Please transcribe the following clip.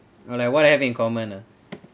or like what I have in common ah